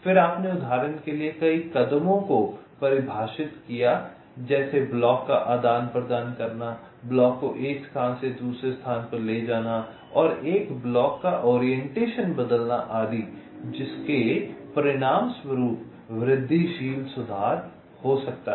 फिर आपने उदाहरण के लिए कई कदमों को परिभाषित किया जैसे ब्लॉक का आदान प्रदान करना ब्लॉक को एक स्थान से दूसरे स्थान पर ले जाना एक ब्लॉक का ओरिएंटेशन बदलना आदि जिसके परिणामस्वरूप वृद्धिशील सुधार हो सकता है